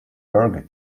burger